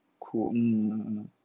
苦 mm